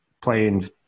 playing